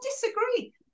disagree